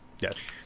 Yes